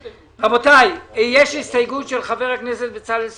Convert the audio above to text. רבותי, יש הסתייגות של חבר הכנסת בצלאל סמוטריץ',